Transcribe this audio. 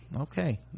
okay